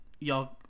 y'all